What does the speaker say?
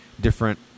different